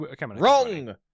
wrong